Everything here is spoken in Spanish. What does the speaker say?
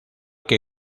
que